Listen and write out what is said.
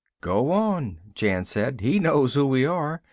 go on, jan said. he knows who we are.